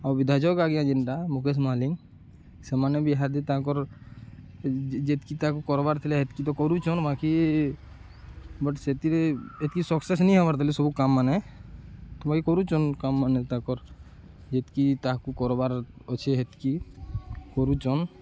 ଆଉ ବିଧାୟକ୍ ଆଜ୍ଞା ଯେନ୍ଟା ମୁକେଶ୍ ମାଲିଙ୍ଗ୍ ସେମାନେ ବି ଇହାଦେ ତାଙ୍କର୍ ଯେତ୍କି ତାକୁ କର୍ବାର୍ ଥିଲା ହେତ୍କି ତ କରୁଚନ୍ ବାକି ବଟ୍ ସେଥିରେ ଏତ୍କି ସକ୍ସେସ୍ ନି ହେବାର୍ ତାଲି ସବୁ କାମ୍ ମାନେ ବାକି କରୁଚନ୍ କାମ୍ ମାନେ ତାଙ୍କର୍ ଯେତ୍କି ତାହାକୁ କର୍ବାର୍ ଅଛେ ହେତ୍କି କରୁଚନ୍